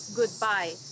goodbye